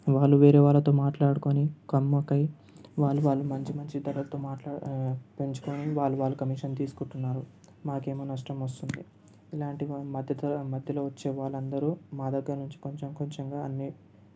వాళ్ళు వేరే వాళ్ళతో మాట్లాడుకొని కుమ్మక్కై వాళ్ళు వాళ్ళు మంచి మంచి ధరలతో మాటలు పెంచుకొని వాళ్ళు వాళ్ళు కమిషన్ తీసుకుంటున్నారు మాకు ఏమో నష్టం వస్తుంది ఇలాంటి మద్దతు మధ్యలో వచ్చే వాళ్ళందరూ మా దగ్గర నుంచి కొంచెం కొంచెంగా అన్ని